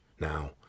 Now